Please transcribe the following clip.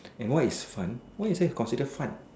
and why is fun why is it considered fun